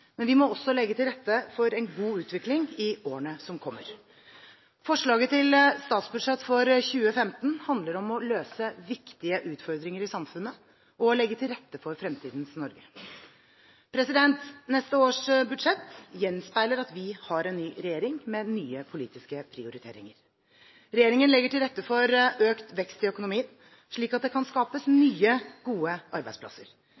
men vi må også legge til rette for en god utvikling i årene som kommer. Forslaget til statsbudsjett for 2015 handler om å løse viktige utfordringer i samfunnet og å legge til rette for fremtidens Norge. Neste års budsjett gjenspeiler at vi har en ny regjering med nye politiske prioriteringer. Regjeringen legger til rette for økt vekst i økonomien, slik at det kan skapes nye, gode arbeidsplasser.